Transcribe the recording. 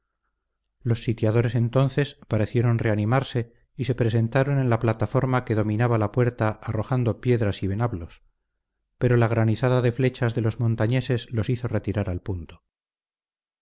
los sitiadores entonces parecieron reanimarse y se presentaron en la plataforma que dominaba la puerta arrojando piedras y venablos pero la granizada de flechas de los montañeses los hizo retirar al punto